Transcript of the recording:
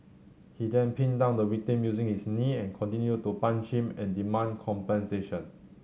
he then pinned down the victim using his knee and continued to punch him and demand compensation